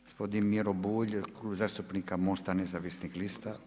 Gospodin Miro Bulj, zastupnik MOST-a nezavisnih lista.